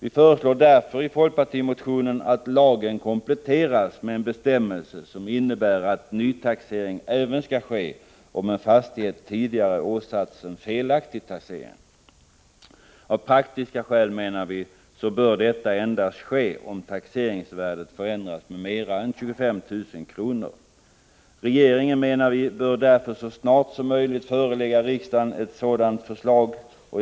Vi föreslår därför i folkpartimotionen att lagen skall kompletteras med en bestämmelse som innebär att nytaxering skall ske även i de fall en fastighet tidigare åsatts en felaktig taxering. Av praktiska skäl bör dock detta ske endast om taxeringsvärdet förändras med mera än 25 000 kr. Regeringen bör enligt vår mening så snart som möjligt förelägga riksdagen ett sådant förslag.